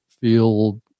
feel